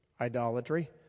idolatry